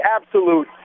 absolute